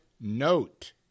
note